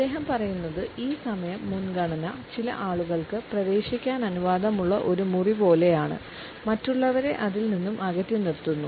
അദ്ദേഹം പറയുന്നത് ഈ സമയം മുൻഗണന ചില ആളുകൾക്ക് പ്രവേശിക്കാൻ അനുവാദമുള്ള ഒരു മുറി പോലെയാണ് മറ്റുള്ളവരെ അതിൽ നിന്നും അകറ്റി നിർത്തുന്നു